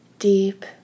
Deep